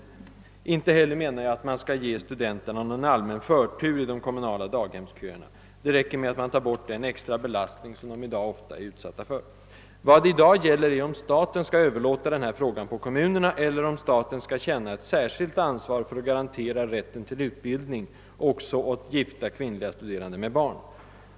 Jag menar heller inte att man skall ge studenterna någon allmän förtur i de kommunala daghemsköerna. Det räcker med att man tar bort den extra belastning som de i dag ofta är utsatta för. Vad det i dag gäller är om staten skall överlåta denna fråga till kommunerna eller om staten skall känna ett särskilt ansvar för att garantera rätten till utbildning också åt gifta kvinnliga studerande med barn.